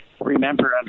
Remember